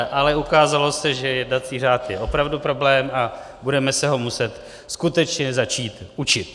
Ale ukázalo se, že jednací řád je opravdu problém a budeme se ho muset skutečně začít učit.